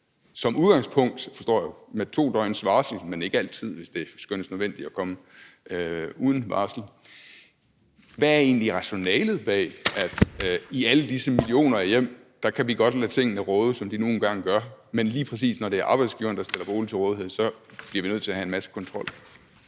som udgangspunkt, forstår jeg, med 2 døgns varsel, men ikke altid, hvis det skønnes nødvendigt at komme uden varsel. Hvad er egentlig rationalet bag, at i alle disse millioner af hjem kan vi godt lade tingene råde, som de nu engang gør, men lige præcis når det er arbejdsgiveren, der stiller bolig til rådighed, bliver vi nødt til at have en masse kontrol?